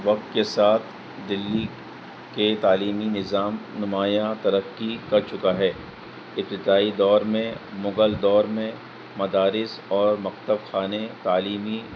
وقت کے ساتھ دلی کے تعلیمی نظام نمایاں ترقی کر چکا ہے ابتدائی دور میں مغل دور میں مدارس اور مکتب خانے تعلیمی